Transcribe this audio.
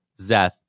Zeth